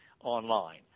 online